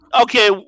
okay